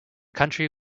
country